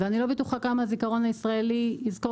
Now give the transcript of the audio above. אני לא בטוחה כמה הזיכרון הישראלי יזכור